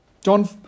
John